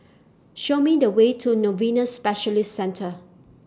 Show Me The Way to Novena Specialist Centre